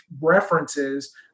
references